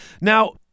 now